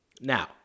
Now